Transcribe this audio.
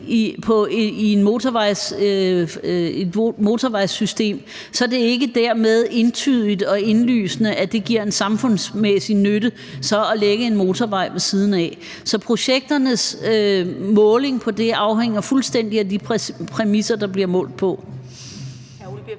i et motorvejssystem, så er det ikke dermed entydigt og indlysende, at det giver en samfundsmæssig nytte så at lægge en motorvej ved siden af. Så målingen af projekterne afhænger fuldstændig af de præmisser, der ligger til